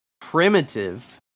primitive